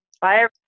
Bye